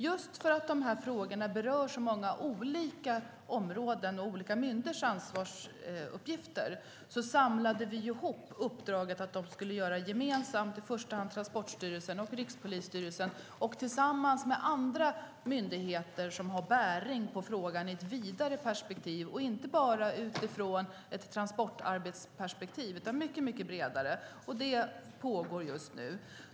Just för att dessa frågor berör så många olika områden och olika myndigheters ansvarsuppgifter samlade vi ihop uppdraget så att i första hand Transportstyrelsen och Rikspolisstyrelsen tillsammans med andra myndigheter som har bäring på frågan i ett vidare perspektiv skulle göra detta gemensamt, och inte bara utifrån ett transportarbetsperspektiv utan mycket bredare. Det pågår just nu.